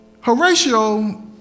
Horatio